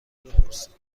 بپرسید